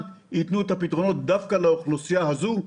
ייתנו את הפתרונות דווקא לאוכלוסייה הזאת.